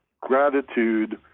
gratitude